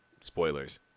Spoilers